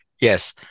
Yes